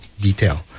detail